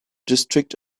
district